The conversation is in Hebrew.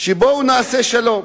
של "בואו נעשה שלום".